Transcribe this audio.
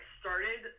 started